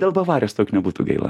dėl bavarijos tau juk nebūtų gaila